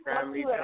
family